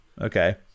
okay